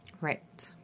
Right